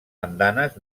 andanes